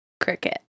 cricket